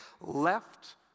left